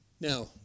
Now